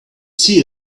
see